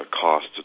cost